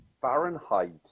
Fahrenheit